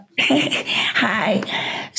Hi